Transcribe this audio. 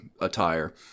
attire